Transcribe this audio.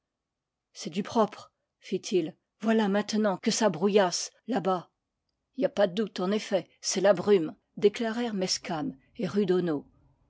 c'est du propre fit-il voilà maintenant que ça brouil lasse là-bas y a pas de doute en effet c'est la brume déclarè rent mezcam et rudono